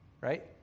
Right